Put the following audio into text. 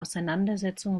auseinandersetzung